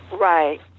Right